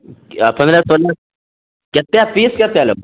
आ पन्द्रह सए नहि कतेक पीस कतेक लेबहो